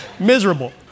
Miserable